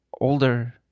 older